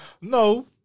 No